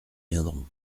viendront